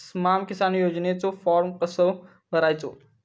स्माम किसान योजनेचो फॉर्म कसो भरायचो?